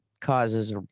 Causes